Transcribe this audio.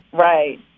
Right